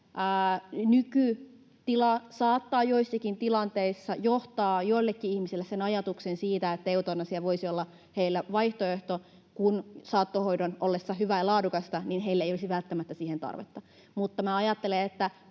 nykytila saattaa joissakin tilanteissa johtaa joillekin ihmisille sen ajatuksen siitä, että eutanasia voisi olla heillä vaihtoehto, kun saattohoidon ollessa hyvää ja laadukasta heillä ei olisi välttämättä siihen tarvetta.